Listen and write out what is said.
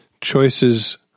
choices